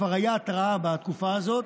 כבר הייתה התראה בתקופה הזאת,